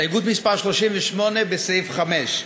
הסתייגות מס' 38 לסעיף 5,